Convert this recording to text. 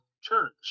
church